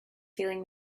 feeling